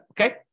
Okay